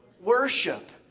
worship